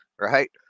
right